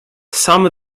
some